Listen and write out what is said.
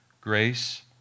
Grace